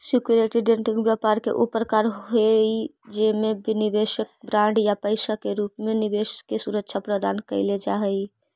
security trading व्यापार के ऊ प्रकार हई जेमे निवेशक कर बॉन्ड या पैसा के रूप में निवेश के सुरक्षा प्रदान कैल जा हइ